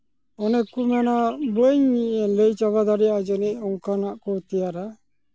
ᱚᱱᱮ ᱠᱚ ᱢᱮᱱᱟ ᱵᱟᱹᱧ ᱞᱟᱹᱭ ᱪᱟᱵᱟ ᱫᱟᱲᱮᱭᱟᱜᱼᱟ ᱡᱟᱹᱱᱤᱡ ᱚᱱᱠᱟᱱᱟᱜ ᱠᱚ ᱛᱮᱭᱟᱨᱟ